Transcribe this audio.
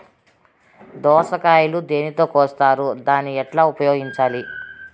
దోస కాయలు దేనితో కోస్తారు దాన్ని ఎట్లా ఉపయోగించాలి?